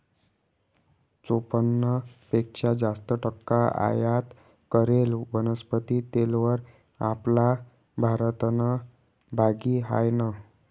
चोपन्न पेक्शा जास्त टक्का आयात करेल वनस्पती तेलवर आपला भारतनं भागी हायनं